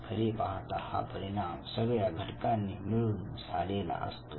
खरे पाहता हा परिणाम सगळ्या घटकांनी मिळून झालेला असतो